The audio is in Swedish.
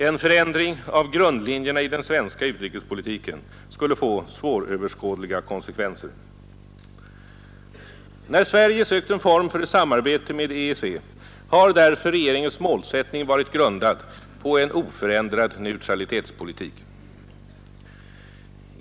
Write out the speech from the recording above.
En förändring av grundlinjerna i den svenska utrikespolitiken skulle få svåröverskådliga konsekvenser. När Sverige sökt en form för samarbete med EEC, har därför regeringens målsättning varit grundad på en oförändrad neutralitetspolitik.